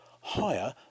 higher